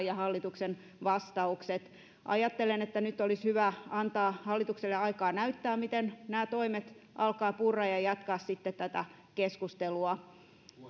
ja hallituksen vastaukset ajattelen että nyt olisi hyvä antaa hallitukselle aikaa näyttää miten nämä toimet alkavat purra ja ja jatkaa sitten tätä keskustelua